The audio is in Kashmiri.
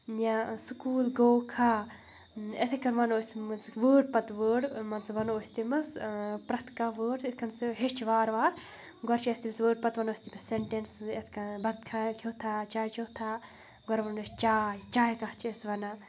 یا سکوٗل گوٚوکھا یِتھَے کَنۍ وَنو أسۍ مان ژٕ وٲڑ پَتہٕ وٲڑ مان ژٕ وَنو أسۍ تٔمِس پرٛٮ۪تھ کانٛہہ وٲڑ چھِ یِتھ کَنۍ سُہ ہیچھِ وارٕ وار گۄڈٕ چھِ اَسہِ تٔمِس وٲڑ پَتہٕ وَنو أسۍ تٔمِس سٮ۪نٹٮ۪نسٕز یِتھ کَنۍ بَتہٕ کھایا کھیوٚوتھا چاے چیوٚوتھا گۄڈٕ وَنو أسۍ چاے چاے کَتھ چھِ أسۍ وَنان